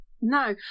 No